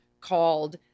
called